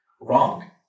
Wrong